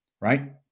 right